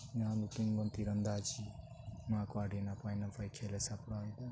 ᱡᱟᱦᱟᱸ ᱵᱚᱱ ᱛᱤᱨᱚᱱᱫᱟᱡᱤ ᱱᱚᱣᱟᱠᱚ ᱟᱹᱰᱤ ᱱᱟᱯᱟᱭᱼᱱᱟᱯᱟᱭ ᱠᱷᱮᱹᱞᱮ ᱥᱟᱯᱲᱟᱣᱮᱫᱟ